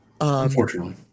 Unfortunately